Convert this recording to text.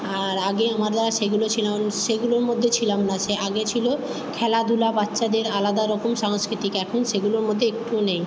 আর আগে আমরা সেগুলো ছিল সেগুলোর মধ্যে ছিলাম না সে আগে ছিল খেলাধুলা বাচ্চাদের আলাদা রকম সাংস্কৃতিক এখন সেগুলোর মধ্যে একটুও নেই